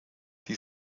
die